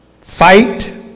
Fight